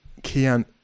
Kian